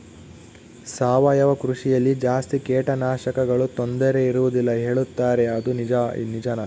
ಸಾವಯವ ಕೃಷಿಯಲ್ಲಿ ಜಾಸ್ತಿ ಕೇಟನಾಶಕಗಳ ತೊಂದರೆ ಇರುವದಿಲ್ಲ ಹೇಳುತ್ತಾರೆ ಅದು ನಿಜಾನಾ?